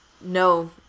no